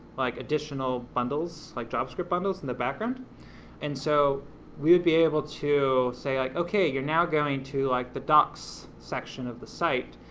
like, additional bundles, like javascript bundles in the background and so we would be able to say, like, okay you're now going to like the docs section of the site,